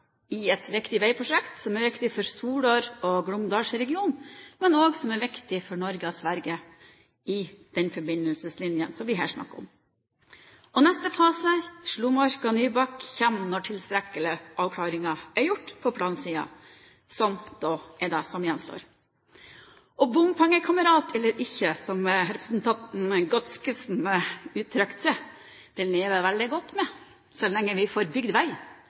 i et viktig veiprosjekt som er viktig for Solør- og Glåmdalsregionen, men som også er viktig for Norge og Sverige i den forbindelseslinjen som vi her snakker om. Neste fase Slomarka–Nybakk kommer når tilstrekkelige avklaringer er gjort på plansiden, som da er det som gjenstår. Og bompengekamerat eller ikke, som representanten Godskesen uttrykte det, lever jeg veldig godt med, så lenge vi får bygd vei,